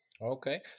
Okay